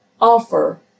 offer